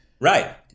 Right